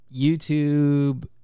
YouTube